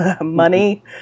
money